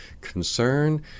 concern